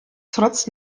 trotz